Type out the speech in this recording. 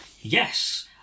Yes